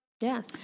yes